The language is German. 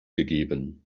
gegeben